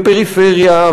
פריפריה,